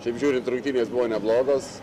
šiaip žiūrint rungtynės buvo neblogos